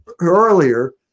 earlier